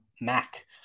Mac